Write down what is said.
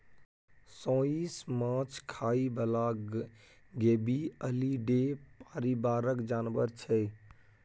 सोंइस माछ खाइ बला गेबीअलीडे परिबारक जानबर छै